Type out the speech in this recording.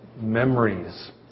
memories